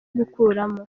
gukuramo